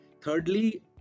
Thirdly